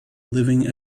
living